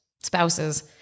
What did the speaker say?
spouses